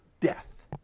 death